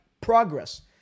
progress